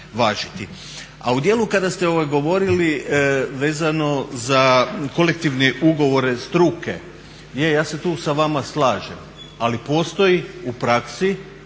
A u dijelu kada ste govorili vezano za kolektivne ugovore struke, je, ja se tu sa vama slažem ali postoji u praksi